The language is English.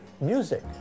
Music